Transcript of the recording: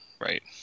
right